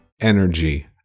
Energy